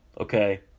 okay